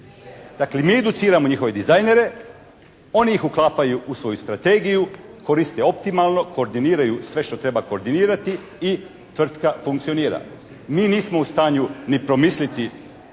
Dakle, mi educiramo njihove dizajnere, oni ih uklapaju svoju strategiju, koriste optimalno, koordiniraju sve što treba koordinirati i tvrtka funkcionira. Mi nismo u stanju ni promisliti